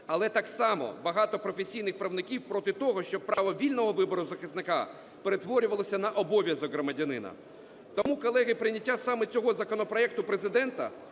Але так само багато професійних правників проти того, щоб право вільного вибору захисника перетворювалося на обов'язок громадянина. Тому, колеги, прийняття саме цього законопроекту Президента